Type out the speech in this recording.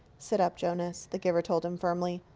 sit up, jonas, the giver told him firmly.